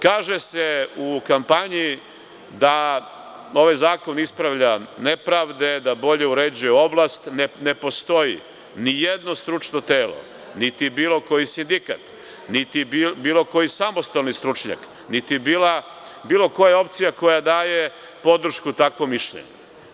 Kaže se u kampanji da ovaj zakon ispravlja nepravde, da bolje uređuje oblast, ne postoji ni jedno stručno telo, niti bilo koji sindikat, niti bilo koji samostalni stručnjak, niti bilo koja opcija koja daje podršku takvom mišljenju.